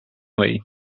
way